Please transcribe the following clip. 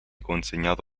consegnato